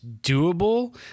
doable